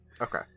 Okay